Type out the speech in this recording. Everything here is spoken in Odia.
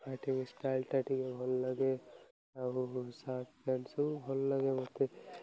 ପାର୍ଟି ଷ୍ଟାଇଲ୍ଟା ଟିକେ ଭଲ ଲାଗେ ଆଉ ସାର୍ଟ ପ୍ୟାଣ୍ଟ ସବୁ ଭଲ ଲାଗେ ମୋତେ